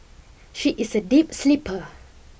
she is a deep sleeper